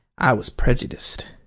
i was prejudiced